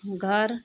घर